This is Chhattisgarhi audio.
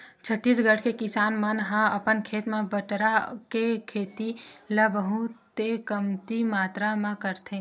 छत्तीसगढ़ के किसान मन ह अपन खेत म बटरा के खेती ल बहुते कमती मातरा म करथे